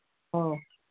ꯑꯧ